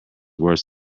worse